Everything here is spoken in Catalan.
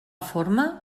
forma